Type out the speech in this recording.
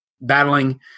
battling